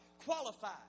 Qualified